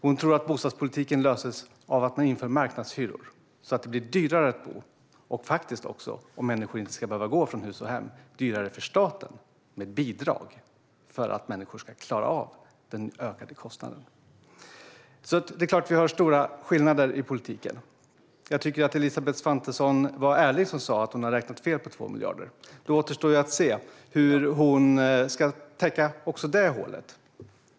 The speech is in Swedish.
Hon tror att bostadspolitiken löses av att man inför marknadshyror så att det blir dyrare att bo, men om människor inte ska behöva gå från hus och hem blir det faktiskt dyrare för staten med bidrag för att människor ska klara av den ökade kostnaden. Det är klart att vi har stora skillnader i politiken. Jag tycker att Elisabeth Svantesson var ärlig som sa att hon har räknat fel på 2 miljarder. Det återstår att se hur hon ska täppa till också det hålet.